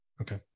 okay